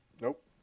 Nope